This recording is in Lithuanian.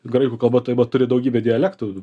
graikų kalba taip pat turi daugybę dialektų